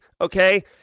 okay